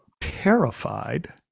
terrified